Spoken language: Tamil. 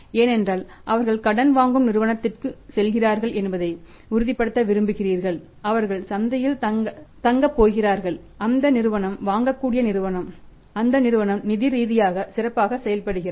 ஏனென்றால் அவர்கள் கடன் வாங்கும் நிறுவனத்திற்குச் செல்கிறார்கள் என்பதை உறுதிப்படுத்த விரும்புகிறீர்கள் அவர்கள் சந்தையில் தங்கப் போகிறார்கள் அந்த நிறுவனம் வாங்கக்கூடிய நிறுவனம் அந்த நிறுவனம் நிதி ரீதியாக சிறப்பாக செயல்படுகிறது